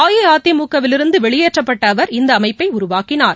அஇஅதிமுக விலிருந்து வெளியேற்றப்பட்ட அவர் இந்த அமைப்பை உருவாக்கினார்